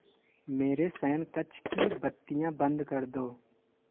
मेरे शयन कक्ष की बत्तियाँ बंद कर दो